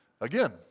Again